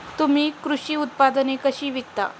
तुम्ही कृषी उत्पादने कशी विकता?